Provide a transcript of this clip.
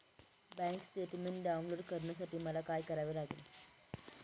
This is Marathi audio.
बँक स्टेटमेन्ट डाउनलोड करण्यासाठी मला काय करावे लागेल?